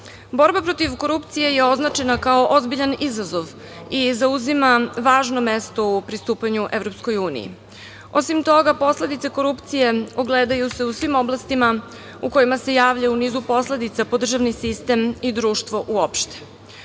protiv korupcije je označena kao ozbiljan izazov i zauzima važno mesto u pristupanju EU. Osim toga, posledice korupcije ogledaju se u svim oblastima u kojima se javlja, u nizu posledica po državni sistem i društvo